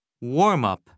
Warm-up